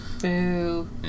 Boo